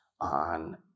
on